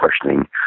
questioning